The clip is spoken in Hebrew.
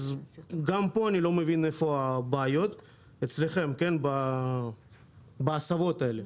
אז גם פה אני לא מבין איפה הבעיה אצלכם בהסבות האלה.